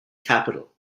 capital